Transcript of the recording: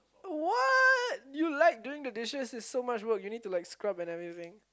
uh what you like doing the dishes it's so much work you need to like scrub and everything